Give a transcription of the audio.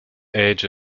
age